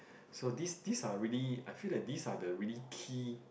so this this are really I feel that this are the really key